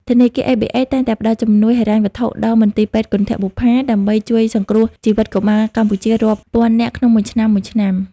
ធនាគារ ABA តែងតែផ្តល់ជំនួយហិរញ្ញវត្ថុដល់ មន្ទីរពេទ្យគន្ធបុប្ផា ដើម្បីជួយសង្គ្រោះជីវិតកុមារកម្ពុជារាប់ពាន់នាក់ក្នុងមួយឆ្នាំៗ។